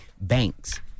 banks